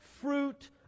fruit